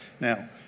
Now